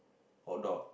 hotdog